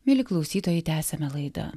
mieli klausytojai tęsiame laidą